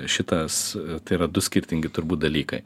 šitas tai yra du skirtingi turbūt dalykai